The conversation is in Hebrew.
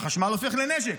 החשמל הופך לנשק.